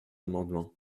amendement